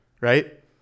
right